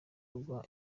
rwa